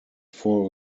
four